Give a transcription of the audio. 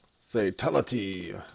Fatality